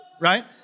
Right